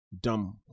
dumb